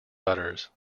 butters